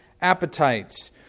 appetites